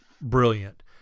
brilliant